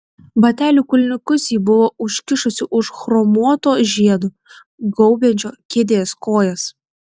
batelių kulniukus ji buvo užkišusi už chromuoto žiedo gaubiančio kėdės kojas